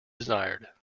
desired